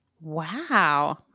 Wow